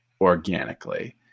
organically